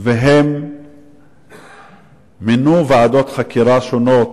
והם מינו ועדות חקירה שונות,